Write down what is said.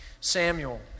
Samuel